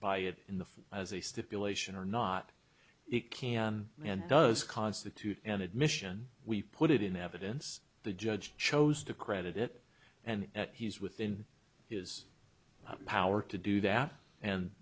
by it in the form as a stipulation or not it can and does constitute an admission we put it in evidence the judge chose to credit it and he's within his power to do that and